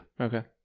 Okay